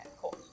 cool